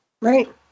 right